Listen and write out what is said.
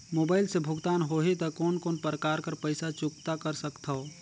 Mobile से भुगतान होहि त कोन कोन प्रकार कर पईसा चुकता कर सकथव?